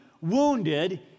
wounded